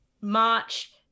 march